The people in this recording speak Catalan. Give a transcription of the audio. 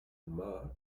humà